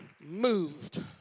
moved